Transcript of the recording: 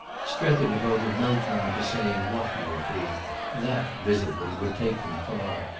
strether devoted no time to saying what he would be that, visibly, would take them far.